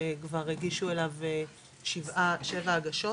שכבר הגישו אליו שבע הגשות,